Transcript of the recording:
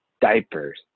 diapers